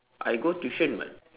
I go tuition [what]